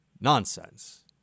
nonsense